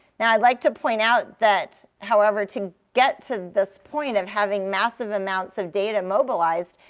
now i'd like to point out that, however, to get to this point of having massive amounts of data mobilized,